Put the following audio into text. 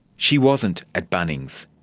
she wasn't at bunnings.